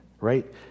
right